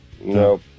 no